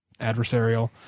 adversarial